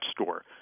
store